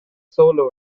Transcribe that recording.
solo